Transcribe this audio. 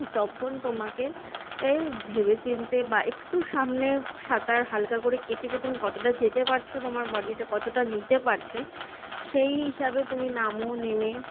তখন তোমাকে এই ভেবে চিন্তে বা একটু সামনে সাঁতার হালকা করে কেটে যে তুমি কতোটা যেতে পারছো তোমার বডিটা কতোটা নিতে পারছে সেই হিসাবে তুমি নামো নেমে